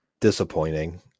disappointing